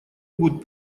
будут